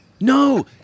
No